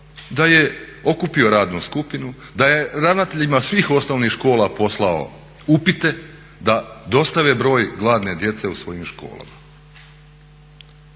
da je okupio radnu skupinu, da je ravnateljima svih osnovnih škola poslao upite da dostave broj gladne djece u svojim školama.